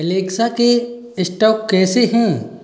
Alexa के stock कैसे हैं